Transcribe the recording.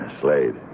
Slade